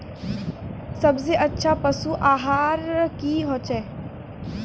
सबसे अच्छा पशु आहार की होचए?